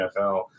NFL